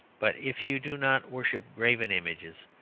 but if you do not worship graven images,